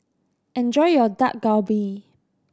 enjoy your Dak Galbi